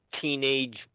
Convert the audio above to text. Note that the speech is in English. teenage